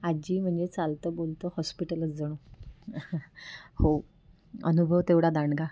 आजी म्हणजे चालतं बोलतं हॉस्पिटलच जणू हो अनुभव तेवढा दांडगा